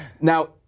Now